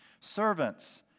Servants